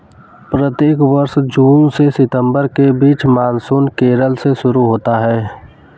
प्रत्येक वर्ष जून से सितंबर के बीच मानसून केरल से शुरू होता है